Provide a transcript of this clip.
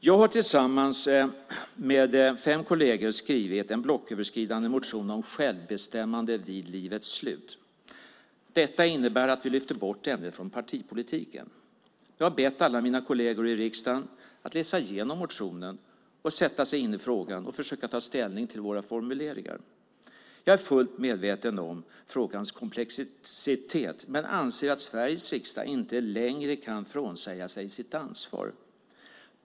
Jag har tillsammans med fem kolleger skrivit en blocköverskridande motion, Självbestämmande vid livets slut . Detta innebär att vi lyfter bort ämnet från partipolitiken. Jag har bett alla mina kolleger i riksdagen att läsa igenom motionen och sätta sig in i frågan och försöka ta ställning till våra formuleringar. Jag är fullt medveten om frågans komplexitet men anser att Sveriges riksdag inte längre kan frånsäga sig sitt ansvar.